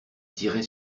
tirait